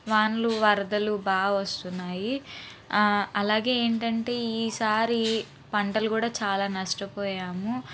వానలు వరదలు బాగా వస్తున్నాయి అలాగే ఏంటంటే ఈ సారి పంటలు కూడా చాలా నష్టపోయాము